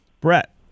Brett